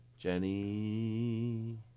Jenny